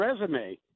resume